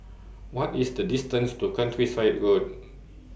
What IS The distance to Countryside Road